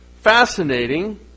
Fascinating